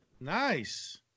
nice